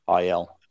IL